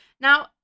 Now